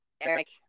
Eric